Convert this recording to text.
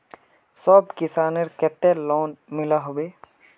सब किसानेर केते लोन मिलोहो होबे?